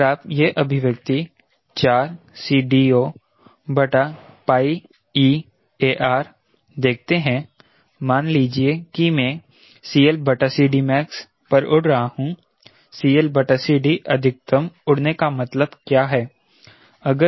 अगर आप यह अभिव्यक्ति 4CDOeAR देखते हैं मान लिजिए कि मैं max पर उड़ रहा हूँ CLCD अधिकतम उड़ने का मतलब क्या है